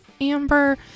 amber